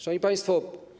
Szanowni Państwo!